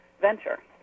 venture